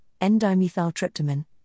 N-dimethyltryptamine